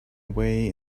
way